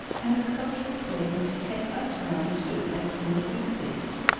and a coach was waiting to take us round too as soon as we pleased.